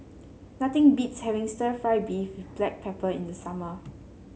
nothing beats having stir fry beef with Black Pepper in the summer